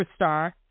superstar